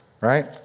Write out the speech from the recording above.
right